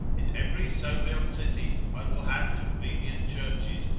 in every so built city, i will have convenient churches,